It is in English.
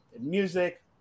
music